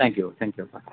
thank you thank you ಅಪ್ಪ